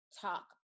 talk